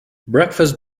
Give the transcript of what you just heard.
breakfast